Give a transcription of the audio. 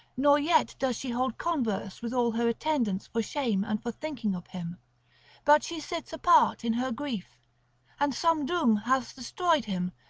nor yet does she hold converse with all her attendants for shame and for thinking of him but she sits apart in her grief and some doom has destroyed him,